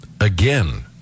again